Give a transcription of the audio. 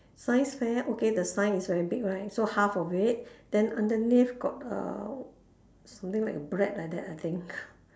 science fair okay the sign is very big right so half of it then underneath got err something like a bread like that I think